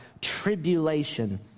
tribulation